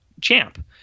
champ